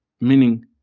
meaning